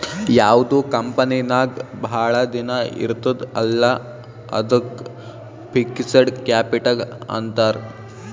ಯಾವ್ದು ಕಂಪನಿ ನಾಗ್ ಭಾಳ ದಿನ ಇರ್ತುದ್ ಅಲ್ಲಾ ಅದ್ದುಕ್ ಫಿಕ್ಸಡ್ ಕ್ಯಾಪಿಟಲ್ ಅಂತಾರ್